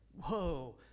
Whoa